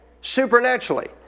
supernaturally